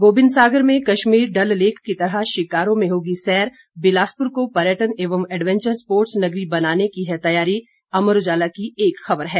गोबिंद सागर में कश्मीर डल लेक की तरह शिकारों में होगी सैर बिलासपुर को पर्यटन एवं एडवेंचर स्पोर्ट्स नगरी बनाने की है तैयारी अमर उजाला की एक खबर है